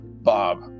Bob